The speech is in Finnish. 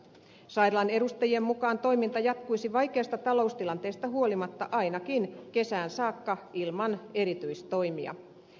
sairaalan edustajien mukaan toiminta jatkuisi vaikeasta taloustilanteesta huolimatta ainakin kesään saakka ilman erityistoimia